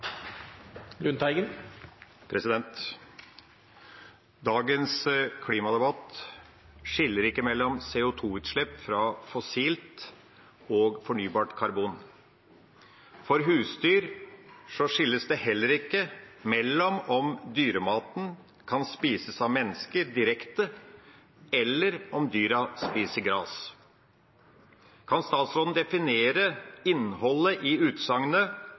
fossilt og fornybart karbon. For husdyr skilles det heller ikke mellom om dyrematen kan spises av mennesker direkte eller om dyra spiser gras. Kan statsråden definere innholdet i utsagnet